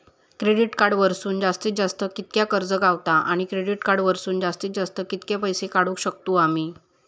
Credit card वरसून जास्तीत जास्त कितक्या कर्ज गावता, आणि डेबिट कार्ड वरसून जास्तीत जास्त कितके पैसे काढुक शकतू आम्ही?